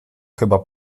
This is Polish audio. chyba